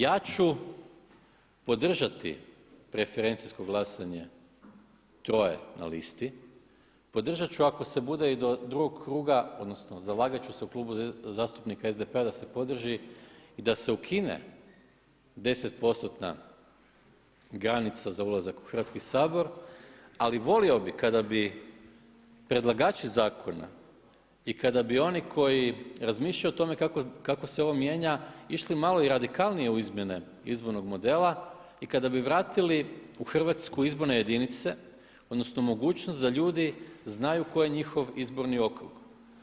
Ja ću podržati preferencijsko glasanje troje na listi, podržat ću ako se bude i do drugog kruga odnosno zalagat ću se u Klubu zastupnika SDP-a da se podrži i da se ukine 10%-na granica za ulazak u Hrvatski sabor ali volio bih kada bi predlagači zakona i kada bi oni koji razmišljaju o tome kako se ovo mijenja išli malo i radikalnije u izmjene izbornog modela i kada bi vratili u Hrvatsku izborne jedinice odnosno mogućnost da ljudi znaju koji je njihov izborni okvir.